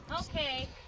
Okay